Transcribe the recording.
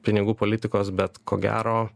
pinigų politikos bet ko gero